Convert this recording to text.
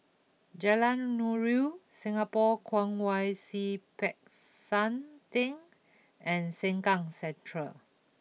Jalan Nuri Singapore Kwong Wai Siew Peck San Theng and Sengkang Central